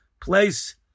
place